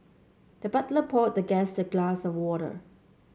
the butler poured the guest a glass of water